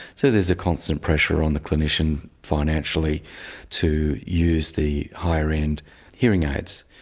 so there's a constant pressure on the clinician financially to use the higher-end hearing aids.